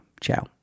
ciao